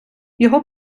його